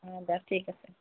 অঁ দিয়ক ঠিক আছে